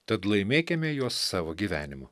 tad laimėkime juos savo gyvenimu